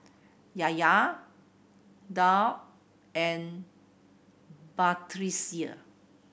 Yahya Daud and Batrisya